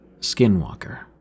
Skinwalker